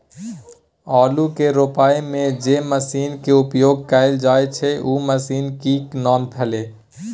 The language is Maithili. आलू के रोपय में जे मसीन के उपयोग कैल जाय छै उ मसीन के की नाम भेल?